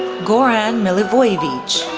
goran milivojevic,